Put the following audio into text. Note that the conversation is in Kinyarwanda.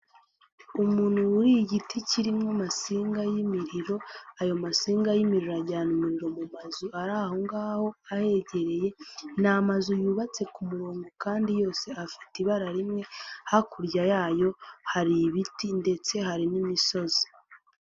Umuntu wuriye igiti kirimo amasinga y'imiriro, ayo masinga y'imiriro ajyana umuriro mu mazu ari aho ngaho ahegereye. Ni amazu yubatse ku murongo kandi yose afite ibara rimwe, hakurya yayo hari ibiti ndetse hari n'imisozi.